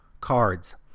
cards